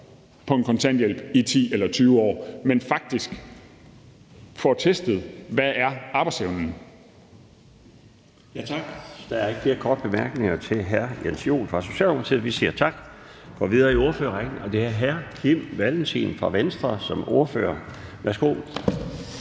på en kontanthjælp i 10 eller 20 år, men faktisk får testet, hvad arbejdsevnen